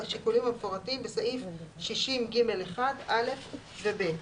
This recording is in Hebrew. בשיקולים המפורטים בסעיף 60(ג)(1)(א) ו-(ב)."